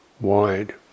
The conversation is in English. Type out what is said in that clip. wide